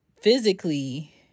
physically